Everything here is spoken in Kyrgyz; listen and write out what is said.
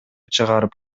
чыгарып